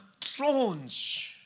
thrones